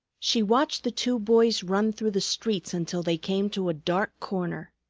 she watched the two boys run through the streets until they came to a dark corner.